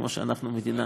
כמו שאנחנו מדינה.